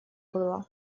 было